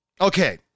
Okay